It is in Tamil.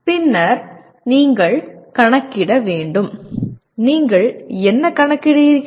பின்னர் நீங்கள் கணக்கிட வேண்டும் நீங்கள் என்ன கணக்கிடுகிறீர்கள்